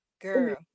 Girl